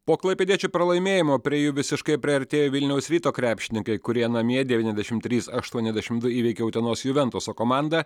po klaipėdiečių pralaimėjimo prie jų visiškai priartėjo vilniaus ryto krepšininkai kurie namie devyniasdešimt trys aštuoniasdešimt du įveikė utenos juventuso komandą